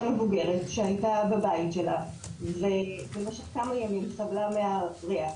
מבוגרת שהייתה בבית שלה ובמשך כמה ימים סבלה מהריח,